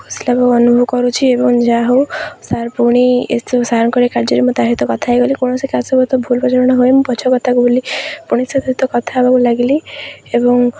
ଅନୁଭବ କରୁଛିି ଏବଂ ଯାହା ହଉ ସାର୍ ପୁଣି ଏ ସାର୍ଙ୍କ କାର୍ଯ୍ୟରେ ମୁଁ ତା'ସହିତ କଥା ହୋଇଗଲି କୌଣସି କାରଣ ବଶତଃ ଭୁଲ୍ ବୁଝାମଣା ହୁଏ ମୁଁ ପଛ କଥାକୁ ଭୁଲି ପୁଣି ତା ସହିତ କଥା ହେବାକୁ ଲାଗିଲି ଏବଂ